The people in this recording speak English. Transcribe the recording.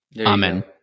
Amen